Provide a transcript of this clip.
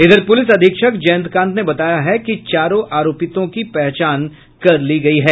इधर पुलिस अधीक्षक जयंतकांत ने बताया है कि कि चारों आरोपितों की पहचान कर ली गयी है